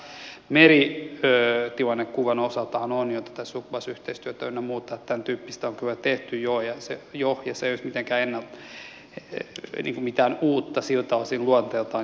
meritilannekuvan osaltahan on jo tätä subcas yhteistyötä ynnä muuta tämän tyyppistä on kyllä tehty jo ja se ei ole mitenkään uutta siltä osin luonteeltaan